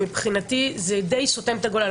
שמבחינתי זה די סותם את הגולל.